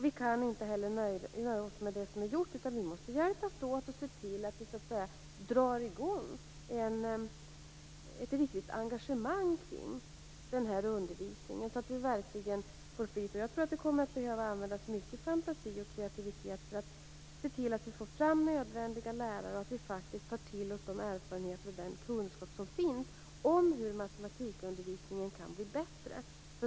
Vi kan inte heller nöja oss med det som är gjort. Vi måste hjälpas åt och se till att vi drar i gång ett riktigt engagemang kring den här undervisningen så att vi verkligen får flyt. Jag tror att det kommer att behövas mycket fantasi och kreativitet för att se till att vi får fram de nödvändiga lärarna och att vi faktiskt tar till oss de erfarenheter och kunskaper som finns om hur matematikundervisningen kan bli bättre.